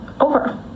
over